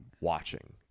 Watching